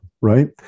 right